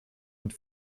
und